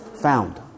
Found